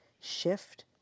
Shift